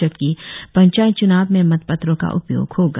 जबकि पंचायत च्नाव में मत पत्रों का उपयोग होगा